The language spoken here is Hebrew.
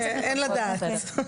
אין לדעת.